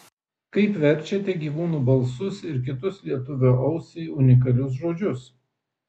kaip verčiate gyvūnų balsus ir kitus lietuvio ausiai unikalius žodžius